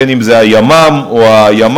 בין אם זה הימ"מ או הימ"ס.